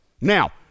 Now